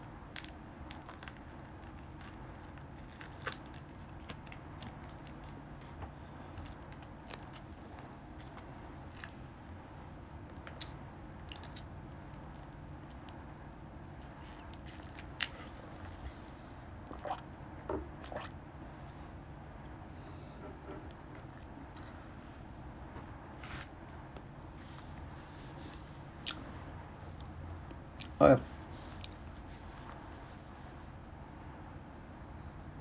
uh